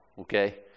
okay